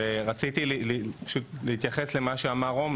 ורציתי פשוט להתייחס למה שאמר רום,